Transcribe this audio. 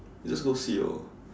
we just go see orh